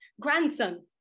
grandson